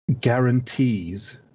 guarantees –